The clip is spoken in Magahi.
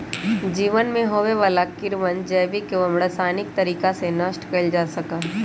जमीन में होवे वाला कीड़वन जैविक एवं रसायनिक तरीका से नष्ट कइल जा सका हई